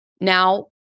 Now